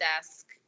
desk